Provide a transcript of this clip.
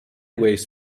ways